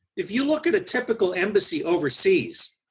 if you look at a typical embassy overseas,